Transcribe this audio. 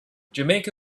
jamaica